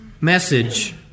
message